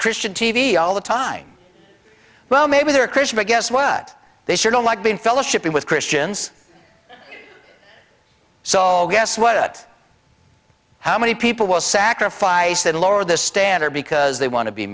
christian t v all the time well maybe they're christian but guess what they sure don't like being fellowshipping with christians so guess what how many people will sacrifice and lower the standard because they want to be